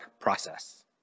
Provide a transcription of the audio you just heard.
process